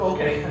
Okay